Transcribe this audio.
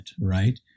right